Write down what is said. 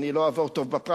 אני לא אעבור טוב בפריימריס,